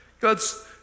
God's